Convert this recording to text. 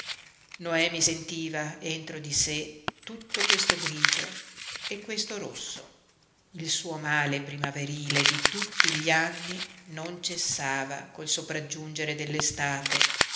noemi sentiva entro di sé tutto questo grigio e questo rosso il suo male primaverile di tutti gli anni non cessava col sopraggiungere